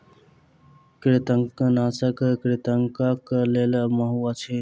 कृंतकनाशक कृंतकक लेल माहुर अछि